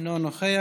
אינו נוכח,